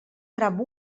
tram